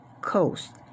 coast